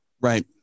Right